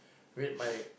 wait my